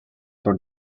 for